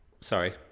sorry